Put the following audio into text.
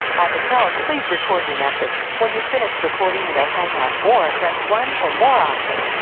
at the tone, please record your message. when you've finished recording, you may hang up or press one for more options.